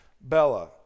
Bella